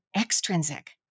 extrinsic